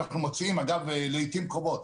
אגב לעיתים קרובות,